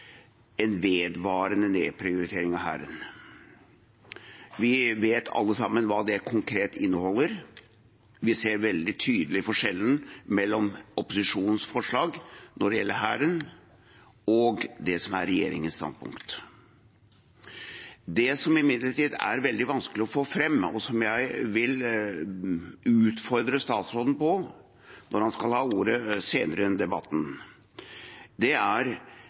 en vedvarende nedprioritering av Hæren. Vi vet alle sammen hva det konkret inneholder, og vi ser veldig tydelig forskjellen mellom opposisjonens forslag når det gjelder Hæren, og det som er regjeringens standpunkt. Det som imidlertid er veldig vanskelig å få fram, og som jeg vil utfordre forsvarsministeren på når han skal ha ordet senere i debatten, er: